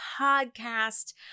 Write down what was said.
podcast